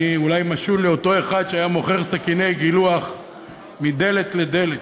אני אולי משול לאותו אחד שהיה מוכר סכיני גילוח מדלת לדלת,